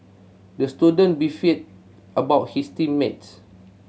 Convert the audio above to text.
the student beefed about his team mates